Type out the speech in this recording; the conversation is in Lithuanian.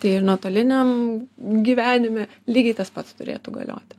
tai ir nuotoliniam gyvenime lygiai tas pats turėtų galioti